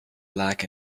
black